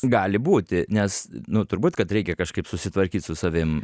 kas gali būti nes nu turbūt kad reikia kažkaip susitvarkyt su savim